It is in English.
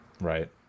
Right